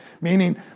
meaning